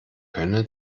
könne